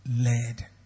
led